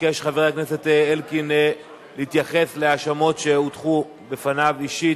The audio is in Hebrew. ביקש חבר הכנסת אלקין להתייחס להאשמות שהוטחו בפניו אישית,